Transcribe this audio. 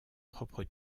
propre